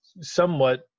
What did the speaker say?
somewhat